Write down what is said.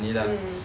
mm